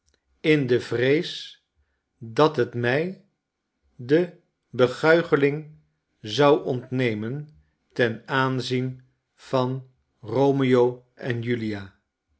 in de vrees dat het mij de beguicheling zou ontnemen ten aanzien van romeo en julia